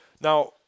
now